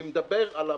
אני מדבר על הממשלה.